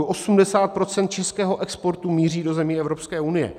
80 % českého exportu míří do zemí Evropské unie.